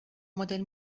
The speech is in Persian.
مدل